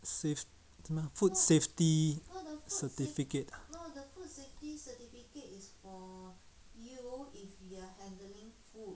safe food safety certificate